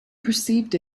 perceived